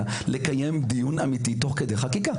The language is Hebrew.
הבעיה לקיים דיון אמיתי תוך כדי חקיקה?